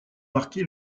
marqué